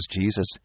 Jesus